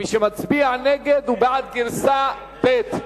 ומי שמצביע נגד הוא בעד גרסה ב'.